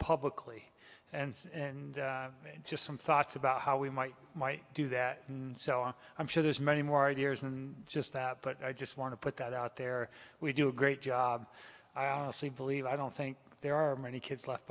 publicly and just some thoughts about how we might might do that so i'm sure there's many more ideas than just that but i just want to put that out there we do a great job i honestly believe i don't think there are many kids left